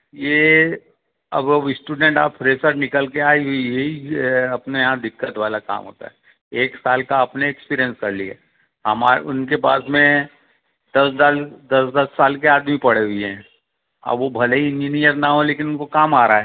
ये अब वो स्टूडेंट और फ्रेशर निकल के आए यही अपने यहाँ दिक्कत वाला काम होता है एक साल का आपने एक्सपीरियंस कर लिया उनके पास में दस दस दस दस साल के आदमी पड़े हुए हैं अब वो भले ही इंजीनियर ना हो लेकिन उनको काम आ रहा है